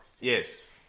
Yes